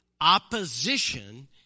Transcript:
Opposition